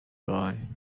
buy